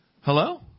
Hello